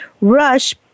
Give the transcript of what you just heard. rush